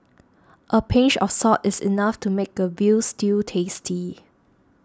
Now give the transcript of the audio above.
a pinch of salt is enough to make a Veal Stew tasty